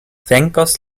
venkos